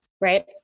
right